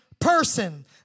person